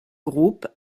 groupe